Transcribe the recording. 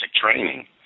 training